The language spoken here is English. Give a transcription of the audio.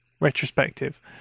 retrospective